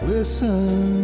Listen